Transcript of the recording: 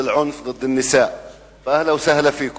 במסגרת ציון יום המאבק באלימות כלפי נשים.